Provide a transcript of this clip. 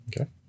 Okay